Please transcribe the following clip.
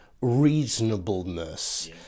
reasonableness